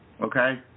okay